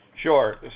Sure